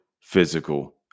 physical